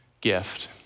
gift